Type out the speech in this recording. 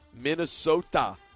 Minnesota